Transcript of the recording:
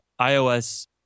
iOS